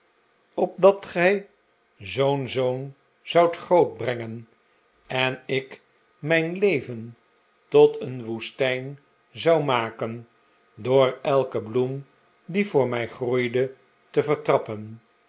opdat gij zoo'n zoon zoudt grootbrengen en ik mijn leven tot een woestijn zou maken door elke bloem die voor mij groeide te vertrappen